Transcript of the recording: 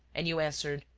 and you answered,